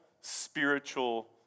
spiritual